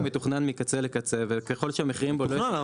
הוא מתוכנן מקצה לקצה וככל שהמחירים --- נכון,